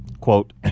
Quote